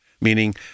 meaning